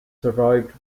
survived